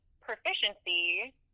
proficiency